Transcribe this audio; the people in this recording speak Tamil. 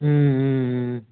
ம் ம் ம்